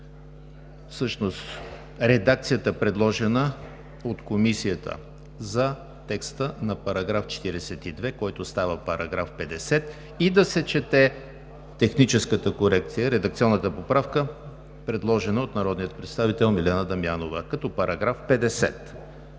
Всъщност редакцията, предложена от Комисията за текста на § 42, който става § 50, и да се чете техническата корекция, редакционната поправка, предложена от народния представител Милена Дамянова като § 50.